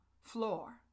floor